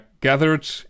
gathered